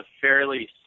fairly